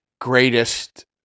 greatest